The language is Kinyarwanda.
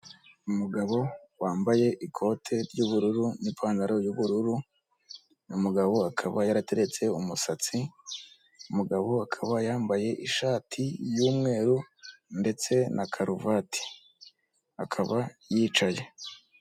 Umugabo wambaye ikote ry'ubururu n'ipantaro y'ubururu, umugabo akaba yarateretse umusatsi umugabo akaba yambaye ishati y'umweru ndetse na karuvati akaba yicaye.